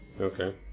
Okay